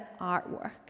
artwork